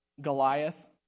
Goliath